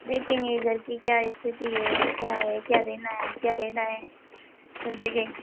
देखेंगे घर की क्या स्थिति है क्या है क्या देना है क्या लेना है सब देखेंगे